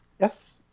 Yes